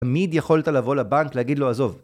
תמיד יכולת לבוא לבנק להגיד לו עזוב.